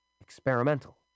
experimental